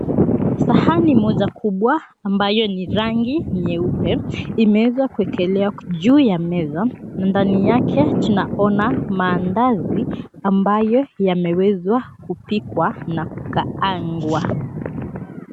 Sahani moja kubwa ambayo ni rangi nyeupe imeweza kuwekelewa juu ya meza na ndani yake tunaona mandazi ambayo yamewezwa kupikwa na kukaangwa.